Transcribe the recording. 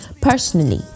personally